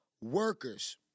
workers